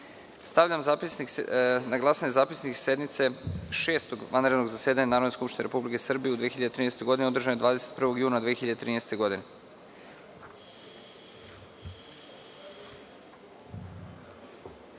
godine. Stavljam na glasanje Zapisnik sednice Šestog vanrednog zasedanja Narodne skupštine Republike Srbije u 2013. godini, održane 21. juna 2013. godine. Molim